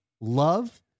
love